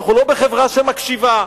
אנחנו לא בחברה שמקשיבה,